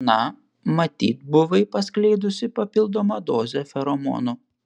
na matyt buvai paskleidusi papildomą dozę feromonų